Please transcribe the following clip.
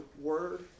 word